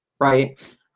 right